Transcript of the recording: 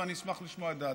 ואני אשמח לשמוע את דעתה.